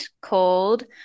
called